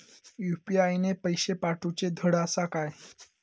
UPI ने पैशे पाठवूचे धड आसा काय?